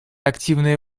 активное